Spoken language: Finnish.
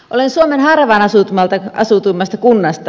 olen suomen harvaan asutuimmasta kunnasta